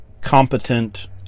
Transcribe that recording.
competent